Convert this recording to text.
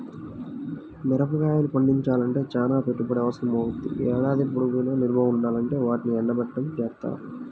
మిరగాయలు పండించాలంటే చానా పెట్టుబడి అవసరమవ్వుద్ది, ఏడాది పొడుగునా నిల్వ ఉండాలంటే వాటిని ఎండబెట్టడం జేత్తారు